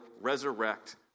resurrect